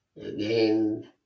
Again